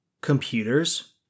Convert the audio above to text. computers